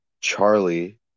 Charlie